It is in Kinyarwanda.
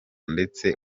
ndetse